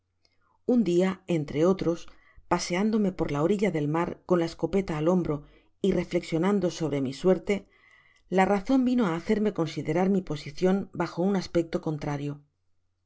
un dia entre otros paseándome por la orilla del mar con la escopeta al hombro y reflexionando sobre mi suerte la razon vino á hacerme considerar mi posicion bajo un aspecto contrario